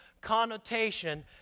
connotation